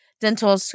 dental